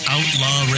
Outlaw